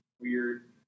weird